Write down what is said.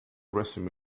resume